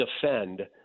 defend